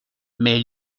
mais